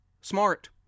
smart